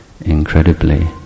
incredibly